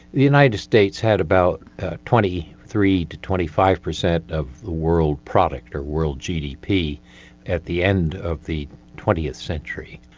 the united states had about twenty three percent to twenty five percent of the world product or world gdp at the end of the twentieth century.